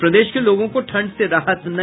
और प्रदेश के लोगों को ठंड से राहत नहीं